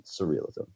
surrealism